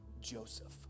Joseph